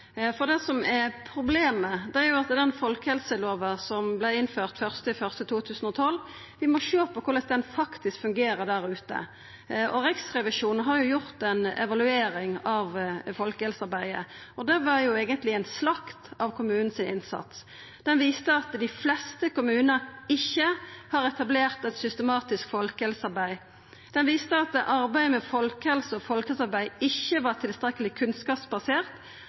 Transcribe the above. Det som er problemet, er at vi må sjå på korleis den folkehelselova som vart innført 1. januar 2012, faktisk fungerer der ute. Riksrevisjonen har gjort ei evaluering av folkehelsearbeidet, og det var eigentleg eit slakt av innsatsen til kommunane. Evalueringa viste at dei fleste kommunane ikkje har etablert eit systematisk folkehelsearbeid. Ho viste at arbeidet med folkehelse og folkehelsearbeid ikkje var tilstrekkeleg kunnskapsbasert,